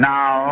Now